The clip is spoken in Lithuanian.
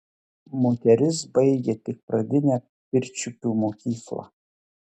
moteris baigė tik pradinę pirčiupių mokyklą